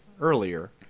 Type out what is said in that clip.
earlier